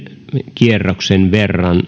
kierroksen verran